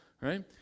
right